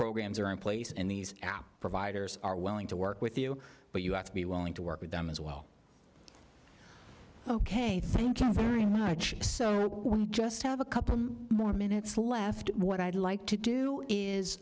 programs are in place in these providers are willing to work with you but you have to be willing to work with them as well ok thank you very much just have a couple more minutes left what i'd like to do is